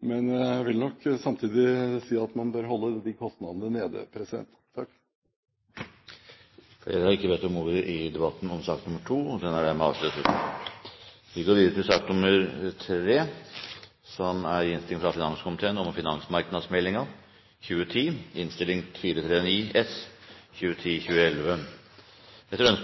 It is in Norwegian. men jeg vil nok samtidig si at man bør holde de kostnadene nede. Flere har ikke bedt om ordet til sak nr. 2. Etter ønske